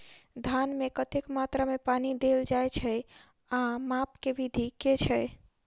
धान मे कतेक मात्रा मे पानि देल जाएँ छैय आ माप केँ विधि केँ छैय?